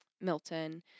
Milton